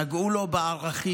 נגעו לו בערכים,